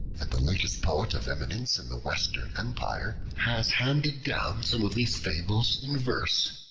the latest poet of eminence in the western empire, has handed down some of these fables in verse,